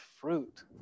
fruit